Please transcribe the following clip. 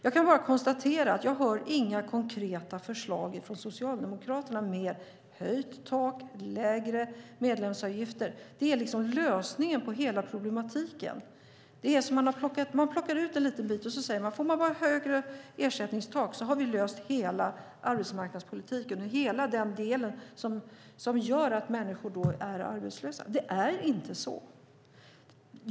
Jag kan bara konstatera att jag inte hör några konkreta förslag från Socialdemokraterna mer än höjt tak och lägre medlemsavgifter. Det är tydligen lösningen på hela problematiken. Man plockar ut en liten bit och säger att om det bara blir högre ersättningstak har man löst hela arbetsmarknadspolitiken och hela den del som gör att människor är arbetslösa. Det är inte så.